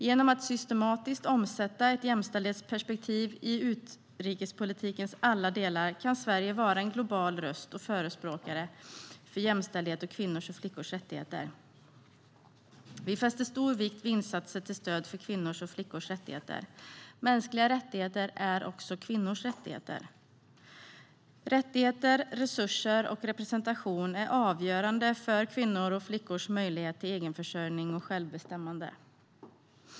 Genom att systematiskt omsätta ett jämställdhetsperspektiv i utrikespolitikens alla delar kan Sverige vara en global röst och förespråkare för jämställdhet och kvinnors och flickors rättigheter. Vi lägger stor vikt vid insatser till stöd för kvinnors och flickors rättigheter. Mänskliga rättigheter är också kvinnors rättigheter. Rättigheter, resurser och representation är avgörande för kvinnors och flickors möjlighet till egen försörjning och självbestämmande.